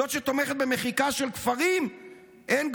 זאת שתומכת במחיקה של כפרים?